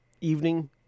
evening-